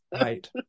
Right